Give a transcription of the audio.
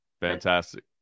fantastic